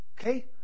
Okay